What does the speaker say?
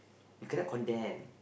you cannot condemn